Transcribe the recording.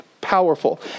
powerful